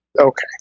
Okay